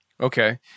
Okay